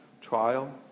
trial